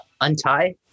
Untie